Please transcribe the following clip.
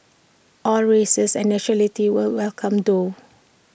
all races and nationalities were welcome though